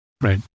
Right